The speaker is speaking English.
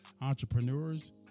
entrepreneurs